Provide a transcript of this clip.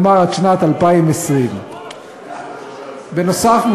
כלומר עד שנת 2020. נוסף על כך,